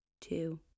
two